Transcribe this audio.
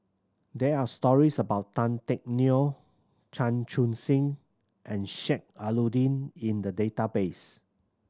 there are stories about Tan Teck Neo Chan Chun Sing and Sheik Alau'ddin in the database